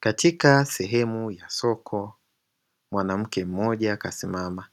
Katika sehemu ya soko, mwanamke mmoja kasimama